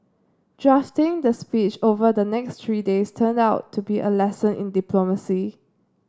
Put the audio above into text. drafting the speech over the next three days turned out to be a lesson in diplomacy